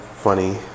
funny